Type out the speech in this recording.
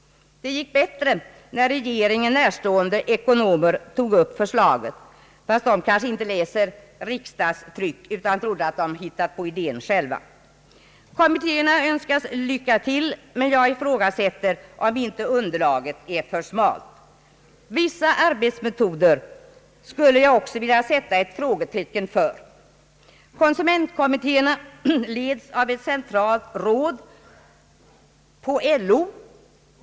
Det gick bättre när regeringen närstående ekonomer tog upp förslaget, fast de kanske inte läser riksdagstryck utan trodde att de hittat på idén själva. Kommittéerna önskas lycka till, men jag ifrågasätter om inte underlaget är för smalt. Vissa arbetsmetoder skulle jag också vilja sätta ett frågetecken för. Konsumentkommittéerna leds av ett centralt råd från LO.